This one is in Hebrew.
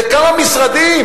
זה כמה משרדים.